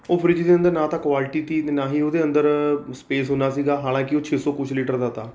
ਉਹ ਫ਼ਰਿੱਜ ਦੇ ਅੰਦਰ ਨਾ ਤਾਂ ਕੋਆਲੀਟੀ ਤੀ ਨਾ ਹੀ ਉਹਦੇ ਅੰਦਰ ਸਪੇਸ ਹੁੰਦਾ ਸੀਗਾ ਹਾਲਾਂਕਿ ਉਹ ਛੇ ਸੌ ਕੁਛ ਲੀਟਰ ਦਾ ਤਾ